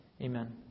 Amen